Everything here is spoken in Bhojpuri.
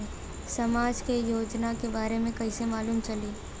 समाज के योजना के बारे में कैसे मालूम चली?